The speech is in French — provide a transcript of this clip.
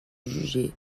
juger